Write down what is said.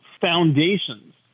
foundations